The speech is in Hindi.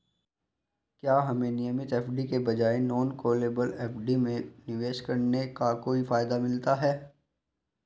क्या हमें नियमित एफ.डी के बजाय नॉन कॉलेबल एफ.डी में निवेश करने का कोई फायदा मिलता है?